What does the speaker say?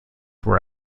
were